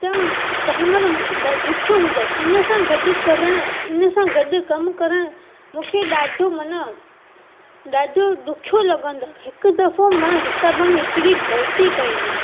त तंहिं महिल ड ॾुख्यो हूंदो हुओ हुन सां गॾु करणु हुन सां गॾु कमु करणु मूंखे ॾाढो मना ॾाढो ॾुख्यो लगंदो हिकु दफ़ो मां हिसाब में हिकिड़ी ग़लिती कई हुई